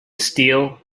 steel